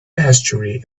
estuary